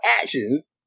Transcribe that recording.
actions